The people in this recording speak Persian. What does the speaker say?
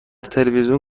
تلویزیون